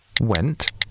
Went